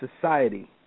society